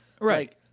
Right